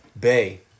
Bay